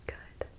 Good